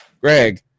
Greg